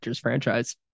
franchise